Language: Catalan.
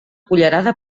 cullerada